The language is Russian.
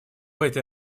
этой